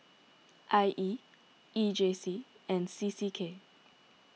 I E E J C and C C K